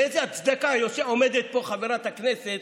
באיזו הצדקה עומדת פה חברת הכנסת